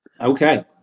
Okay